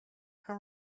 how